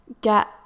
get